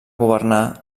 governar